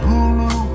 Hulu